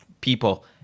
people